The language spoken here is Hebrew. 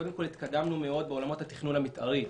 קודם כל, התקדמנו מאוד בעולמות התכנון המתארי.